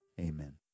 amen